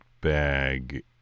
bag